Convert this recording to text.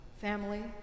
Family